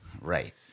Right